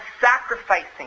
sacrificing